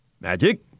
Magic